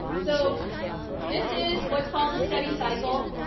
so this is what is called the study cycle.